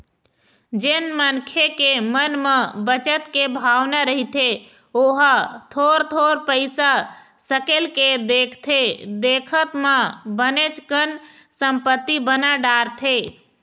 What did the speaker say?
जेन मनखे के मन म बचत के भावना रहिथे ओहा थोर थोर पइसा सकेल के देखथे देखत म बनेच कन संपत्ति बना डारथे